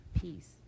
Peace